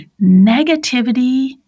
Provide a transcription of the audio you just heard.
negativity